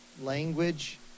language